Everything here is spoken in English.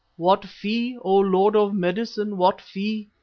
what fee, o lord of medicine, what fee